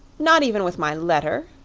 not even with my letter?